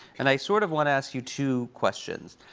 and i sort of wanna ask you two questions.